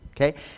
okay